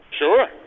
Sure